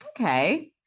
okay